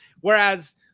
Whereas